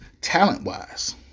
talent-wise